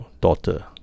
daughter